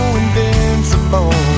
invincible